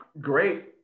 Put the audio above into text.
great